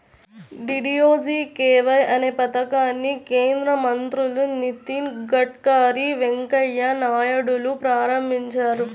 DDUGKY అనే పథకాన్ని కేంద్ర మంత్రులు నితిన్ గడ్కరీ, వెంకయ్య నాయుడులు ప్రారంభించారు